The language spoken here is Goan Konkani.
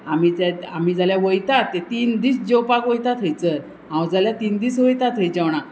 आमी जे आमी जाल्यार वयतात ते तीन दीस जेवपाक वयता थंयसर हांव जाल्यार तीन दीस वयता थंय जेवणाक